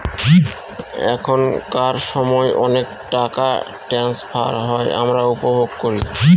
এখনকার সময় অনেক টাকা ট্রান্সফার হয় আমরা উপভোগ করি